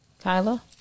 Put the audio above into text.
Kyla